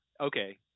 okay